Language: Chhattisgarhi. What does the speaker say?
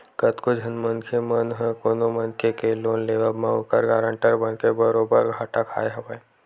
कतको झन मनखे मन ह कोनो मनखे के लोन लेवब म ओखर गारंटर बनके बरोबर घाटा खाय हवय